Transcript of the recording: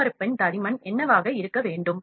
மேற்பரப்பின் தடிமன் என்னவாக இருக்க வேண்டும்